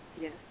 Yes